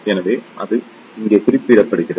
எனவே அது இங்கே குறிப்பிடப்படுகிறது